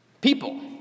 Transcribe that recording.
People